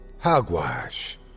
Hogwash